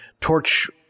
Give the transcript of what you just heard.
torch